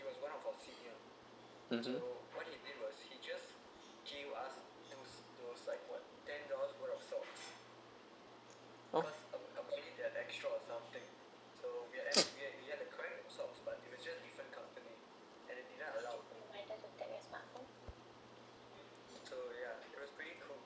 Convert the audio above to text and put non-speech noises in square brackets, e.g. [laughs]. (uh huh) [laughs]